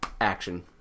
Action